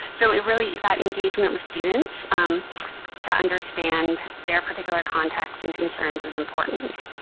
so, really, that engagement with students to understand their particular context and concerns is important.